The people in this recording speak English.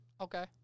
Okay